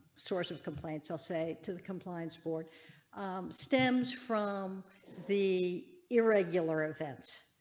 source of complaints. i'll say to the compliance board stems from the irregular events.